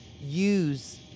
use